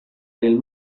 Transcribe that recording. nel